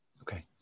Okay